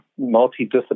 multidisciplinary